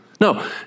No